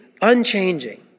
unchanging